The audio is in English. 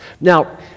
Now